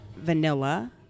vanilla